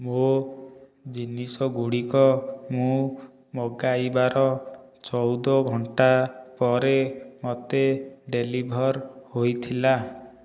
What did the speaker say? ମୋ' ଜିନିଷଗୁଡ଼ିକ ମୁଁ ମଗାଇବାର ଚଉଦ ଘଣ୍ଟା ପରେ ମୋତେ ଡେଲିଭର୍ ହୋଇଥିଲା